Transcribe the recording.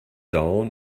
down